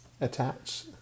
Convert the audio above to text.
Attach